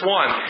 one